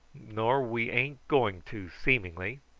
nor we ain't going to, seemingly.